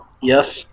Yes